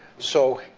so,